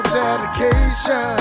dedication